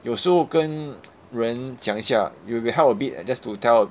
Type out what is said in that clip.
有时候跟人讲一下 it will be help a bit just to tell